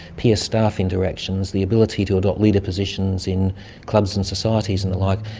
peer-staff interactions, the ability to adopt leader positions in clubs and societies and the like,